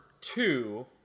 two